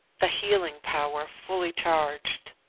the healing power fully charged.